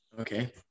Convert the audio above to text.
Okay